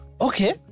okay